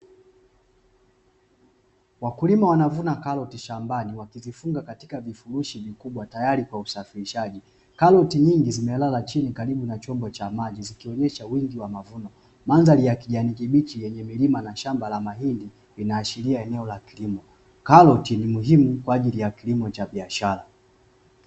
Wakulima wanavuna karoti shambani, wakizifunga katika vifurushi vikubwa tayari kwa usafirishaji. Karoti nyingi zimelala chini karibu na chombo cha maji zikionesha wingi wa mavuno. Mandhari ya kijani kibichi yenye milima na shamba la mahindi, vinaashiria eneo la kilimo. Karoti ni muhimu kwaajili ya kilimo cha biashara.